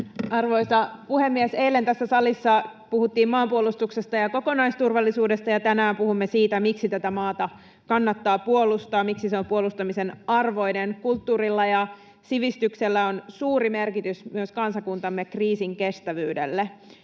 Arvoisa puhemies! Eilen tässä salissa puhuttiin maanpuolustuksesta ja kokonaisturvallisuudesta, ja tänään puhumme siitä, miksi tätä maata kannattaa puolustaa, miksi se on puolustamisen arvoinen. Kulttuurilla ja sivistyksellä on suuri merkitys myös kansakuntamme kriisinkestävyydelle.